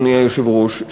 אדוני היושב-ראש,